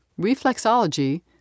reflexology